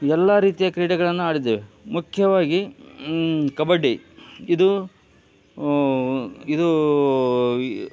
ಎಲ್ಲಾ ರೀತಿಯ ಕ್ರೀಡೆಗಳನ್ನ ಆಡಿದ್ದೇವೆ ಮುಖ್ಯವಾಗಿ ಕಬಡ್ಡಿ ಇದು ಇದು